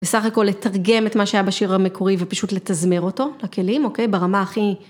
בסך הכל לתרגם את מה שהיה בשיר המקורי ופשוט לתזמר אותו לכלים, אוקיי? ברמה הכי...